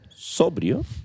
sobrio